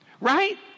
Right